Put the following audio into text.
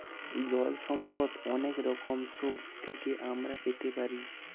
জল সম্পদ অনেক রকম সোর্স থেকে আমরা পেতে পারি